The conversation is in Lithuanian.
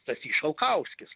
stasys šalkauskis